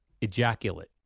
ejaculate